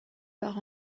par